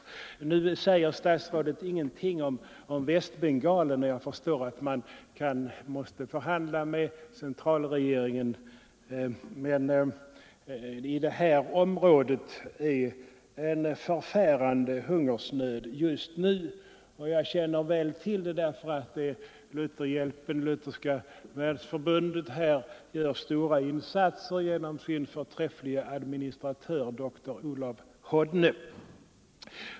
Nr 111 Nu säger statsrådet ingenting om Västbengalen, och jag förstår att man Torsdagen den måste förhandla med centralregeringen där. Men i detta område råder en 31 oktober 1974 förfärande hungersnöd just nu, och jag känner väl till det, eftersom Lutherska världsförbundet här gör stora insatser genom sin förträfflige administratör Om svenska dr Olav Hodne.